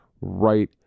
right